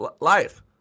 Life